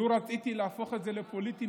לו רציתי להפוך את זה לפוליטי